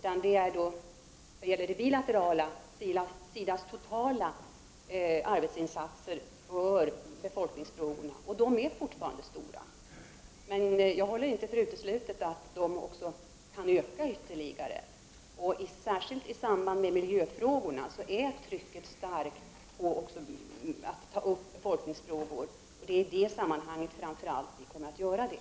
Man får se på SIDA:s totala arbetsinsatser för befolkningsfrågorna, och de insatserna är fortfarande stora. Jag håller dock inte för uteslutet att de kan öka ytterligare. Det trycks särskilt i miljösammanhang starkt på att man skall ta upp befolkningsfrågor, och det är framför allt i samband därmed som vi kommer att göra det.